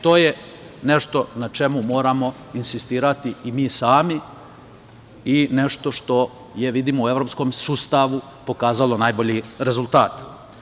To je nešto na čemu moramo insistirati i mi sami i nešto što je u evropskom sustavu pokazalo najbolji rezultat.